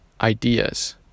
ideas